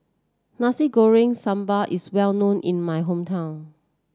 Nasi Goreng Sambal is well known in my hometown